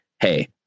Hey